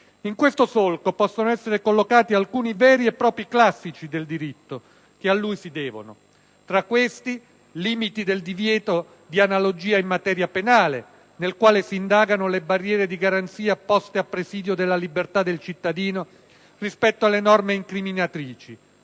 In questo solco possono essere collocati alcuni veri e propri classici del diritto che a lui si devono. Tra questi, «Limiti del divieto di analogia in materia penale», nel quale si indagano le barriere di garanzia poste a presidio della libertà del cittadino rispetto alle norme incriminatrici;